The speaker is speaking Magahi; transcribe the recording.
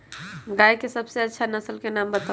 गाय के सबसे अच्छा नसल के नाम बताऊ?